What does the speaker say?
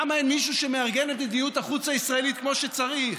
למה אין מישהו שמארגן את מדיניות החוץ הישראלית כמו שצריך?